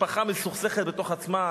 משפחה מסוכסכת בתוך עצמה,